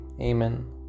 Amen